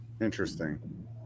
interesting